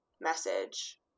message